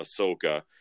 Ahsoka